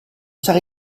sarà